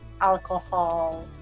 alcohol